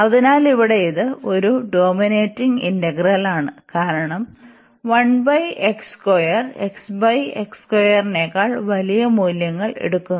അതിനാൽ ഇവിടെ ഇത് ഒരു ഡോമിനേറ്റിങ് ഇന്റഗ്രലാണ് കാരണം ഈ നെകാൾ വലിയ മൂല്യങ്ങൾ എടുക്കുന്നു